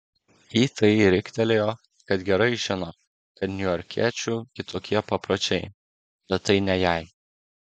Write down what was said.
į tai riktelėjo kad gerai žino kad niujorkiečių kitokie papročiai bet tai ne jai